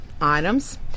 items